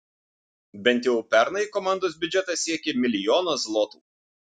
bent jau pernai komandos biudžetas siekė milijoną zlotų